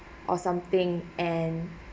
or something and